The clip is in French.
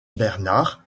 bernard